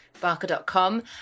barker.com